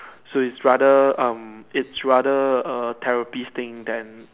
so it's rather um it's rather a therapy thing than